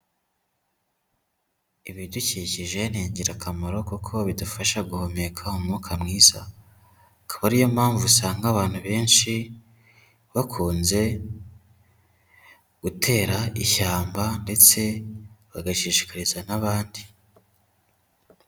Ibidukikije ni ingirakamaro kuko bidufasha guhumeka umwuka mwiza, akaba ariyo mpamvu usanga abantu benshi bakunze gutera ishyamba ndetse bagashishikariza n'abandi.